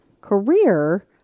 career